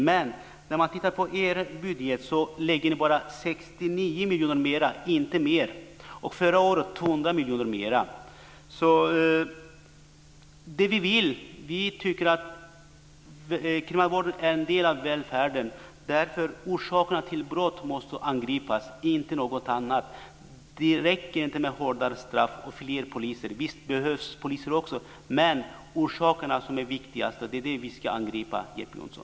Men i er budget föreslår ni bara 69 miljoner mer. Förra året var det 200 miljoner mer. Vi tycker att kriminalvården är en del av välfärden. Därför måste orsakerna till brott angripas, inte något annat. Det räcker inte med hårdare straff och fler poliser. Visst behövs det poliser, men orsakerna är viktigast. Det är dem vi ska angripa, Jeppe Johnsson.